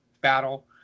battle